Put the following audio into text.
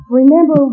remember